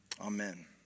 Amen